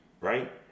Right